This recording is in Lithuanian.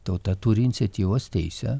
tauta turi iniciatyvos teisę